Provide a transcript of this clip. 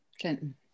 Clinton